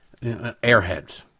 airheads